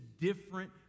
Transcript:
different